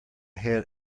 head